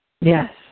Yes